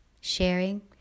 sharing